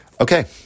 Okay